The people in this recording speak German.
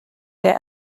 der